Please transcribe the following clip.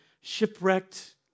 shipwrecked